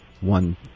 one